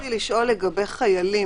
לגבי חיילים,